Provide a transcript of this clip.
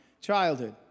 childhood